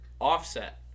Offset